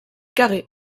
carré